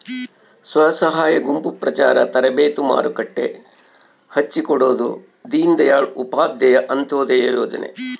ಸ್ವಸಹಾಯ ಗುಂಪು ಪ್ರಚಾರ ತರಬೇತಿ ಮಾರುಕಟ್ಟೆ ಹಚ್ಛಿಕೊಡೊದು ದೀನ್ ದಯಾಳ್ ಉಪಾಧ್ಯಾಯ ಅಂತ್ಯೋದಯ ಯೋಜನೆ